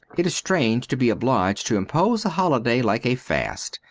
it is strange to be obliged to impose a holiday like a fast,